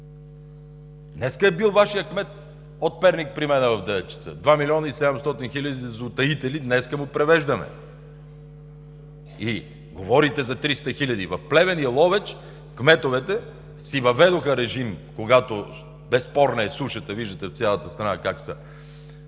Днес е бил Вашият кмет от Перник при мен – в 9,00 ч. Два милиона и 700 хиляди за утаители днес му прeвеждаме, и говорите за 300 хиляди. В Плевен и Ловеч кметовете си въведоха режим, когато сушата е безспорна – виждате в цялата страна какво